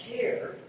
care